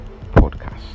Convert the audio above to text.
podcast